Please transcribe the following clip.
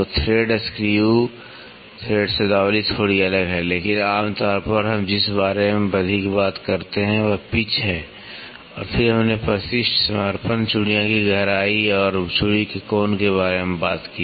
तो thread screw thread शब्दावली थोड़ी अलग है लेकिन आम तौर पर हम जिस बारे में अधिक बात करते हैं वह पिच है और फिर हमने परिशिष्ट समर्पण चूड़ियां की गहराई और चूड़ी के कोण के बारे में बात की